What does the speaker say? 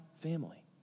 family